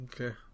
okay